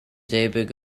debyg